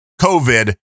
COVID